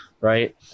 right